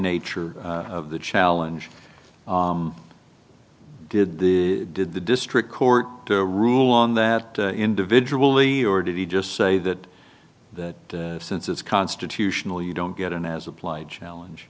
nature of the challenge did the did the district court to rule on that individually or did he just say that since it's constitutional you don't get an as applied challenge